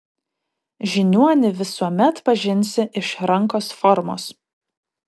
žiniuonį visuomet pažinsi iš rankos formos